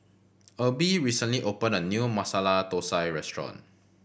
Erby recently opened a new Masala Thosai restaurant